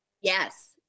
Yes